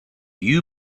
you